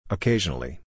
Occasionally